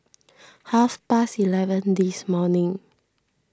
half past eleven this morning